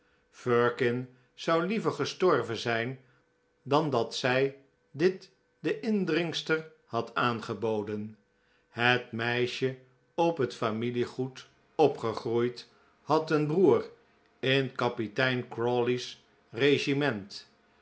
firkin zou liever gestorven zijn dan dat zij dit de indringster had aangeboden het meisje op het familie goed opgegroeid had een broer in kapitein crawley's regiment